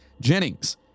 Jennings